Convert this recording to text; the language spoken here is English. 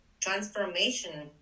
transformation